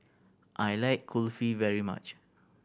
I like Kulfi very much